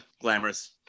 glamorous